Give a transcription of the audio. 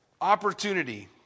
opportunity